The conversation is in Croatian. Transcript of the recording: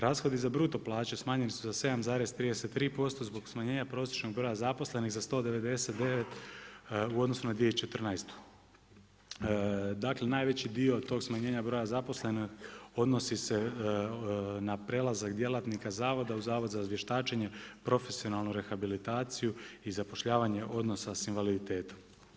Rashodi za bruto plaće smanjeni su za 7,33% zbog smanjenja prosječnog broja zaposlenih za 199 u odnosu na 2014. dakle najveći dio tog smanjenja broja zaposlenih odnosi se na prelazak djelatnika zavoda u Zavod za vještačenje, profesionalnu rehabilitaciju i zapošljavanje osoba s invaliditetom.